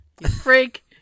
freak